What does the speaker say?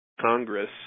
Congress